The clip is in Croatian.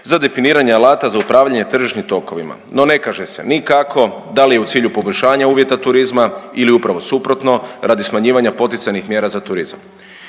za definiranje alata za upravljanje tržišnim tokovima. No ne kaže se ni kako, da li je u cilju poboljšanja uvjeta turizma ili upravo suprotno radi smanjivanja poticajnih mjera za turizam.